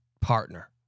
partner